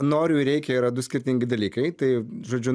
noriu ir reikia yra du skirtingi dalykai tai žodžiu